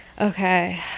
Okay